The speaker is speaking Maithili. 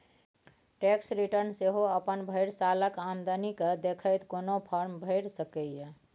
टैक्स रिटर्न सेहो अपन भरि सालक आमदनी केँ देखैत कोनो फर्म भरि सकैए